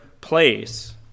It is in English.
place